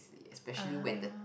especially when the